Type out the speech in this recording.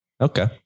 okay